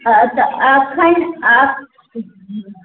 आओर अच्छा एखन